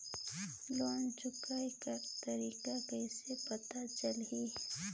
Loan चुकाय कर तारीक कइसे पता चलही?